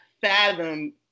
fathom